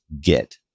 get